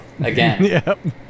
again